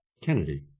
Kennedy